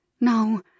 No